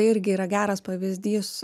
irgi yra geras pavyzdys